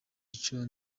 ico